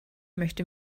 möchte